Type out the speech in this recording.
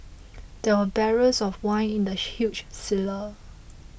there were barrels of wine in the huge cellar